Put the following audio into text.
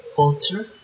culture